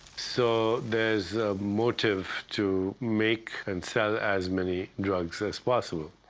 so there's a motive to make and sell as many drugs as possible.